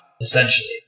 essentially